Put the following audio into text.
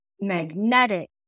magnetic